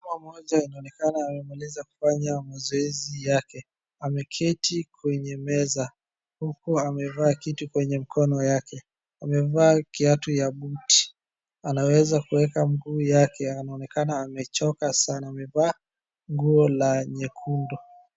Mwanamke mmoja ameonekana amamaliza kufanya mazoezi yake. Ameketi kwenye meza. Huku amevaa kitu kwenye mkono yake. Amevaa kiatu ya buti. Anaweza kuweka mguu yake. Anaonekana amechoka sana, amevaa nguo la nyekundu.